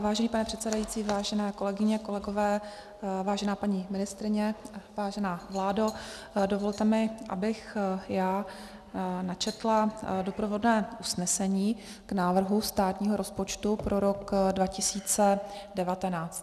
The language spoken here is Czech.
Vážený pane předsedající, vážené kolegyně, kolegové, vážená paní ministryně, vážená vládo, dovolte mi, abych načetla doprovodné usnesení k návrhu státního rozpočtu pro rok 2019.